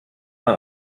man